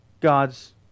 God's